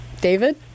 David